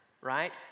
right